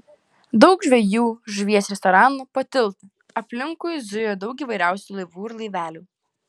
daug žvejų žuvies restoranų po tiltu aplinkui zujo daug įvairiausių laivų ir laivelių